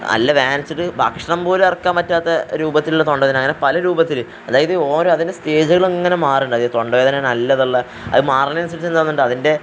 നല്ല വേദനിച്ചിട്ട് ഭക്ഷണംപോലും ഇറക്കാൻ പറ്റാത്ത രൂപത്തിലുള്ള തൊണ്ടവേദന അങ്ങന പലരൂപത്തിൽ അതായത് ഓരോ അതിൻ്റെ സ്റ്റേജുകൾ ഇങ്ങനെ മാറേണ്ടതുണ്ട് തൊണ്ടവേദന നല്ലതായിട്ടുള്ള അത് മാറുന്നതിനനുസരിച്ച് എന്താകുന്നുണ്ട് അതിൻ്റെ